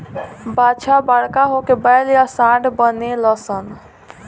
बाछा बड़का होके बैल या सांड बनेलसन